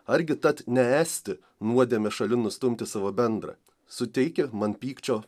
argi tat ne esti nuodėmę šalin nustumti savo bendrą suteikia man pykčio